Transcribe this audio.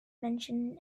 mentioned